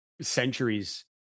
centuries